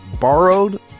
borrowed